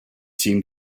seem